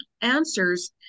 answers